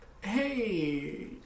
hey